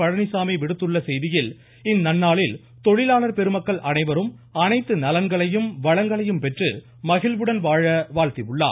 பழனிச்சாமி விடுத்துள்ள இந்நன்னாளில் தொழிலாளர் பெருமக்கள் அனைவரும் அனைத்து செய்தியில் நலன்களையும் வளங்களையும் பெற்று மகிழ்வுடன் வாழ வாழ்த்தியுள்ளார்